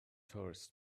tourists